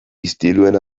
istiluen